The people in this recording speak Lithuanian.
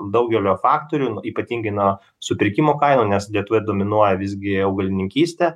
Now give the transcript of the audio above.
daugelio faktorių ypatingai nuo supirkimo kainų nes lietuva dominuoja visgi augalininkystė